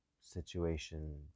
situation